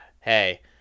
hey